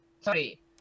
sorry